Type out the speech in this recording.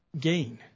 gain